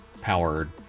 powered